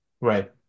Right